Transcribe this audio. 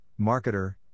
marketer